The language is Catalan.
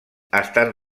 estan